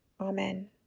Amen